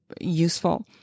useful